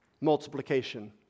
Multiplication